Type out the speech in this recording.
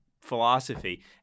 philosophy